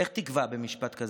איך תקווה במשפט כזה?